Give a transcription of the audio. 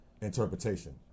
interpretation